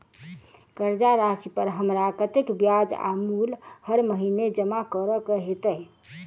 कर्जा राशि पर हमरा कत्तेक ब्याज आ मूल हर महीने जमा करऽ कऽ हेतै?